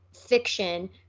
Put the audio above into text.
fiction